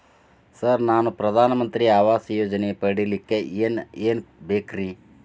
Sir ನಾನು ಪ್ರಧಾನ ಮಂತ್ರಿ ಆವಾಸ್ ಯೋಜನೆ ಪಡಿಯಲ್ಲಿಕ್ಕ್ ಏನ್ ಏನ್ ಬೇಕ್ರಿ?